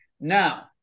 Now